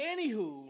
Anywho